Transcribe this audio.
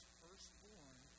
firstborn